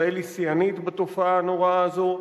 ישראל היא שיאנית בתופעה הנוראה הזאת.